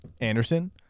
Anderson